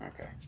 Okay